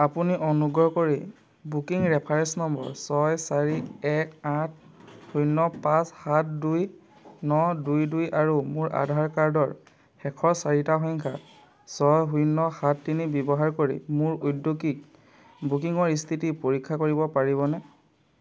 আপুনি অনুগ্ৰহ কৰি বুকিং ৰেফাৰেঞ্চ নম্বৰ ছয় চাৰি এক আঠ শূন্য পাঁচ সাত দুই ন দুই দুই আৰু মোৰ আধাৰ কাৰ্ডৰ শেষৰ চাৰিটা সংখ্যা ছয় শূন্য সাত তিনি ব্যৱহাৰ কৰি মোৰ ঔদ্যোগিক বুকিঙৰ স্থিতি পৰীক্ষা কৰিব পাৰিবনে